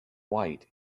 white